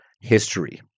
history